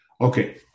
Okay